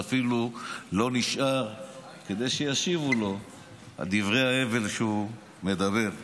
ואפילו לא נשאר כדי שישיבו לו על דברי ההבל שהוא מדבר ומעלה.